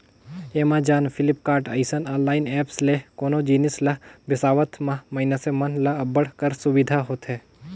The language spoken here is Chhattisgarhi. एमाजॉन, फ्लिपकार्ट, असन ऑनलाईन ऐप्स ले कोनो जिनिस ल बिसावत म मइनसे मन ल अब्बड़ कर सुबिधा होथे